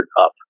up